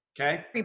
Okay